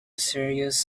serious